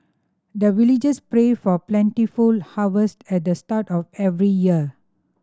the villagers pray for plentiful harvest at the start of every year